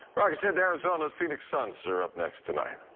rogge said arizona phoenix suns are up next tonight,